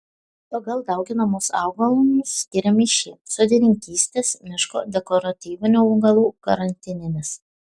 pagal dauginamus augalus skiriami šie sodininkystės miško dekoratyvinių augalų karantininis